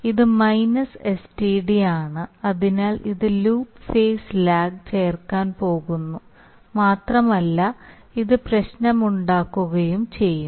ഇത് minus sTd ആണ് അതിനാൽ ഇത് ലൂപ്പ് ഫേസ് ലാഗ് ചേർക്കാൻ പോകുന്നു മാത്രമല്ല ഇത് പ്രശ്നമുണ്ടാക്കുകയും ചെയ്യും